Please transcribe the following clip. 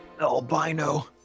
Albino